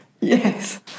yes